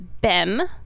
Bem